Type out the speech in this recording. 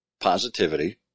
positivity